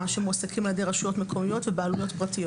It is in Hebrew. שמועסקים על ידי רשויות מקומיות ובעלויות פרטיות.